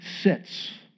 sits